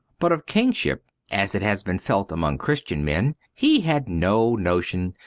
but of kingship as it has been felt among christian men he had no notion,